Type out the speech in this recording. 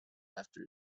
after